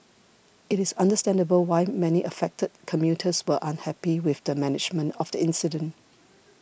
it is understandable why many affected commuters were unhappy with the management of the incident